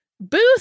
Booth